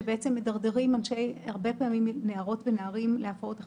שבעצם מדרדרים הרבה פעמים נערות ונערים להפרעות אכילה.